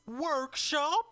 Workshop